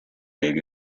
gave